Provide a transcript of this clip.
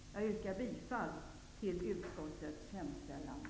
Jag yrkar bifall till utskottets hemställan.